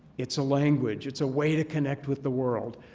it's a language. it's a way to connect with the world.